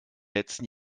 letzten